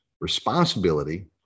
responsibility